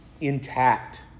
intact